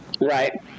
right